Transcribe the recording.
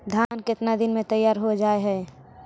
धान केतना दिन में तैयार हो जाय है?